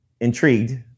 intrigued